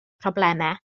problemau